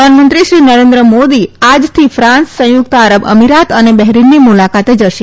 પ્રધાનમંત્રી શ્રી નરેન્દ્ર મોદી આજથી ફાન્સ સંયુક્ત આરબ અમીરાત અને બહેરિનની મુલાકાતે જશે